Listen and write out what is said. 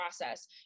process